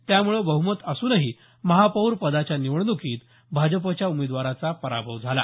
त्यामुळे बहुमत असूनही महापौर पदाच्या निवडणुकीत भाजपच्या उमेदवाराचा पराभव झाला